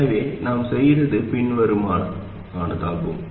எனவே நாம் செய்தது பின்வருவனவாகும்